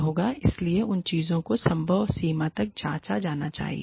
इसलिए उन चीजों को संभव सीमा तक जांचा जाना चाहिए